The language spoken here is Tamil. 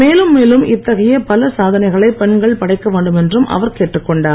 மேலும் மேலும் இத்தகைய பல சாதனைகளை பெண்கள் படைக்க வேண்டும் என்றும் அவர் கேட்டுக் கொண்டார்